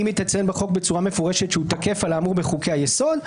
אם היא תציין בחוק בצורה מפורשת שהוא תקף על האמור בחוקי היסוד.